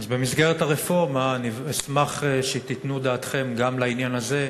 אז במסגרת הרפורמה אני אשמח שתיתנו דעתכם גם על העניין הזה,